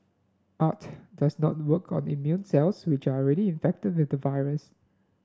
art does not work on immune cells which are already infected with the virus